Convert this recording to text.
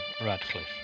Radcliffe